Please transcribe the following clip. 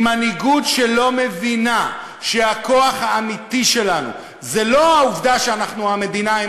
עם מנהיגות שלא מבינה שהכוח האמיתי שלנו זה לא העובדה שאנחנו המדינה עם